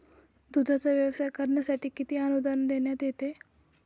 दूधाचा व्यवसाय करण्यासाठी किती अनुदान देण्यात येते?